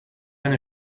eine